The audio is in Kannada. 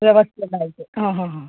ವ್ಯವಸ್ಥೆ ಎಲ್ಲ ಐತೆ ಹಾಂ ಹಾಂ ಹಾಂ